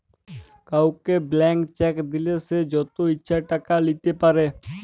কাউকে blank cheque দিলে সে যত ইচ্ছা টাকা লিতে পারে